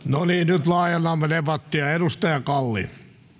no niin nyt laajennamme debattia edustaja kalli